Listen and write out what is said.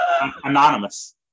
anonymous